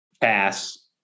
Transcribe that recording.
Pass